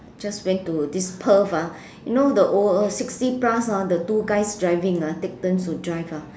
just went to this Perth ah you know the old uh sixty plus ah the two guys ah driving ah take turns to drive ah